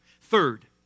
Third